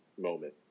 moment